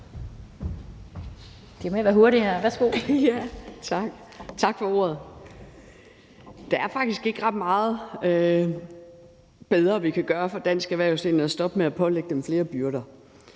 Der er faktisk ikke ret meget, vi kan gøre for dansk erhvervsliv, der er bedre end at stoppe med at pålægge dem flere byrder.